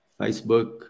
Facebook